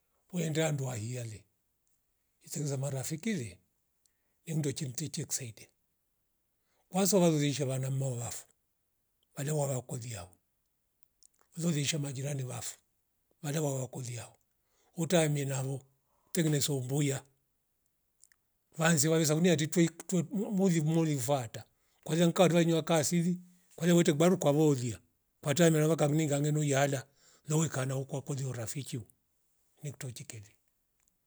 Weenda ndua hiyale iseriza marafiki le ni mndwe timchimchi kusaidia kwanza waloli shavana molafo wale wavakuliao ulolisha majirani wafo vale wawa kuliao utangi navo utengeneze umbuya vanze wawe savuni ya titwei kutwe muli- mulivata kwanzia nka riwainyua kaasili kwayu wete kubaru kwa volia kwa tami mirava ngamngi ngangenu yala nayu kana ukwakoli urafiki nikto uchikele